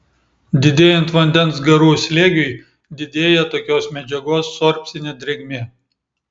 didėjant vandens garų slėgiui didėja tokios medžiagos sorbcinė drėgmė